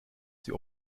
sie